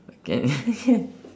can